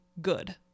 good